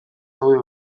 zaude